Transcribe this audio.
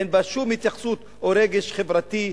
אין בה שום התייחסות או רגש חברתי,